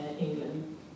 England